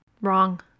Wrong